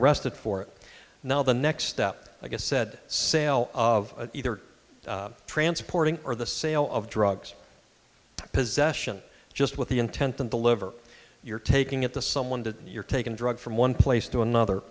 arrested for it now the next step i guess said sale of either transporting or the sale of drugs possession just with the intent and the liver you're taking at the someone did you're taking drugs from one place to another